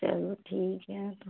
चलो ठीक है तो